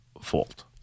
fault